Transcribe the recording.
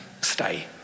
stay